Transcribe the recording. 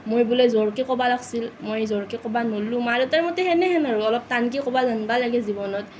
মই বোলে জোৰকৈ ক'ব লাগিছিল মই জোৰকৈ ক'ব নোৱাৰিলোঁ মা দেউতাৰ মতে হেনেহেন আৰু অলপ টানকৈ ক'ব জানিব লাগে জীৱনত